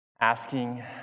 asking